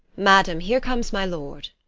madam, here comes my lord.